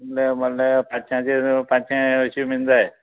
ना म्हळ्ळ्या पांचश्यांचे पांचशें अशें बीन जाय